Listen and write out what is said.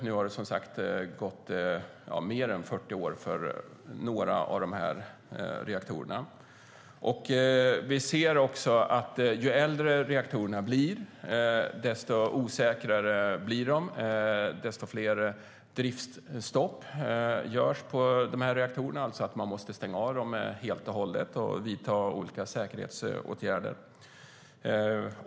Nu har det som sagt gått mer än 40 år vad gäller några av reaktorerna. Vi ser att ju äldre reaktorerna blir, desto osäkrare blir de och desto fler driftstopp måste göras på reaktorerna. Man måste alltså stänga dem helt och hållet och vidta olika säkerhetsåtgärder.